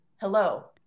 hello